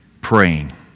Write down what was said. praying